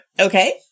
Okay